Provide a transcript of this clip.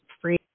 Free